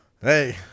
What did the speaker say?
Hey